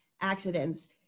accidents